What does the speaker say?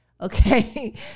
Okay